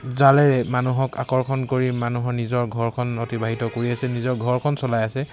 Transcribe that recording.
জালেৰে মানুহক আকৰ্ষণ কৰি মানুহৰ নিজৰ ঘৰখন অতিবাহিত কৰি আছে নিজৰ ঘৰখন চলাই আছে